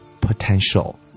potential